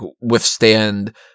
withstand